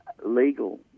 legal